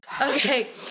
okay